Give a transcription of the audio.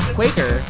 Quaker